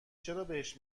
چرابهش